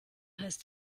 heißt